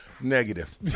Negative